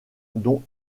dont